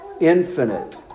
infinite